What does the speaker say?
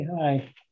Hi